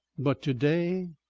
but to-day?